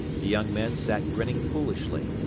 the young men sat grinning foolishly.